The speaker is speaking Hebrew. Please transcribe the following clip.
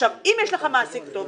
אם יש לך מעסיק טוב,